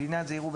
לעניין זה יראו,